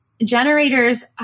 generators